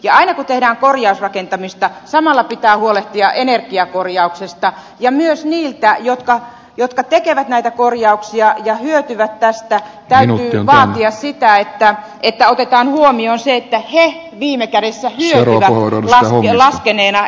aina kun tehdään korjausrakentamista samalla pitää huolehtia energiakorjauksesta ja täytyy ottaa huomioon että ne jotka tekevät näitä korjauksia ja hyötyvät tästä lähin vaan käsittää että niitä otetaan huomioon se että viime kädessä hyötyvät laskeneena energialaskuna